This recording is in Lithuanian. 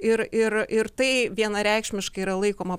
ir ir ir tai vienareikšmiškai yra laikoma